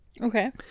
Okay